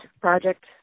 project